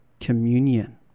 communion